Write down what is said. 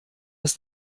ist